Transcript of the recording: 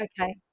Okay